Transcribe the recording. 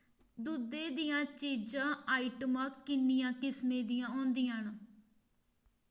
दुद्धै दियां चीजां आइटमां किन्नियां किस्में दियां होंदियां न